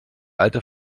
alte